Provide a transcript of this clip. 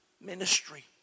ministry